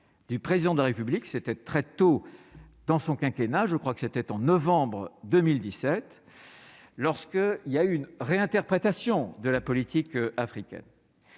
du président de la République, c'était très tôt dans son quinquennat je crois que c'était en novembre 2017 lorsque, il y a une réinterprétation de la politique africaine.